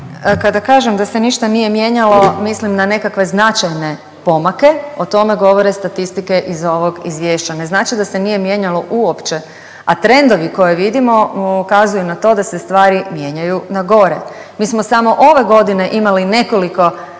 Kada kažem da se ništa nije mijenjalo mislim na nekakve značajne pomake. O tome govore statistike iz ovog izvješća. Ne znači da se nije mijenjalo uopće, a trendovi koje vidimo ukazuju na to da se stvari mijenjaju na gore. Mi smo samo ove godine imali nekoliko